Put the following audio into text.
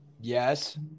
Yes